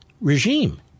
regime